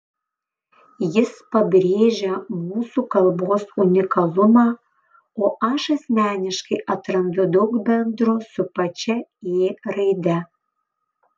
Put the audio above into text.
jis pabrėžia mūsų kalbos unikalumą o aš asmeniškai atrandu daug bendro su pačia ė raide